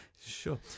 Sure